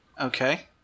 Okay